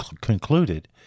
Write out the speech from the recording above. concluded